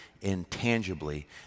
intangibly